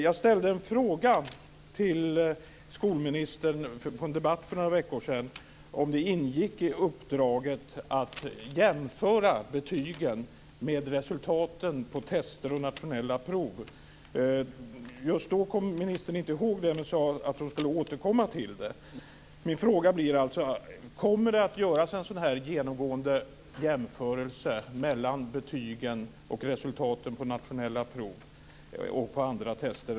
Jag ställde en fråga till skolministern under en debatt för några veckor sedan om det ingick i uppdraget att jämföra betygen med resultaten på test och nationella prov. Hon sade då att hon skulle återkomma till frågan. Min fråga blir alltså: Kommer det att göras en genomgående jämförelse mellan betygen och resultaten på nationella prov och andra test?